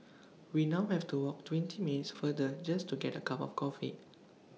we now have to walk twenty minutes farther just to get A cup of coffee